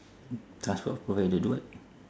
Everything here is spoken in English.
transport provided what